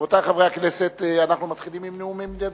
רבותי חברי הכנסת, אנחנו מתחילים בנאומים בני דקה.